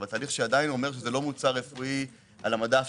אבל אומר שזה לא מוצר רפואי עדיין על המדף.